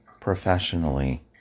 professionally